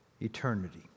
eternity